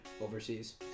overseas